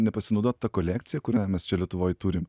nepasinaudot ta kolekcija kurią mes čia lietuvoj turim